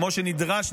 כמו שנדרש,